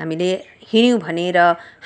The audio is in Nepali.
हामीले हिँड्यौँ भनेर